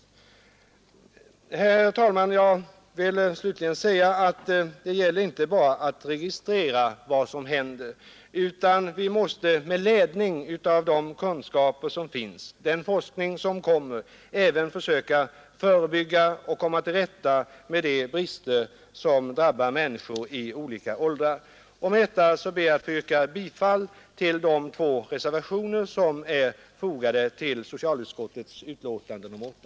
Herr talman! Jag vill slutligen säga att det inte bara gäller att registrera vad som händer utan vi måste med ledning av de kunskaper som finns och den forskning som kommer även försöka förebygga och komma till rätta med de risker som drabbar människor i olika åldrar. Med detta ber jag att få yrka bifall till de två reservationer som är fogade till socialutskottets betänkande nr 8.